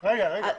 רגע, רגע.